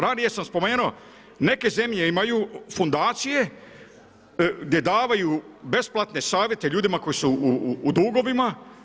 Ranije sam spomenuo neke zemlje imaju fondacije gdje davaju besplatne savjete ljudima koji su u dugovima.